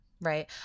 Right